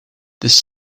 this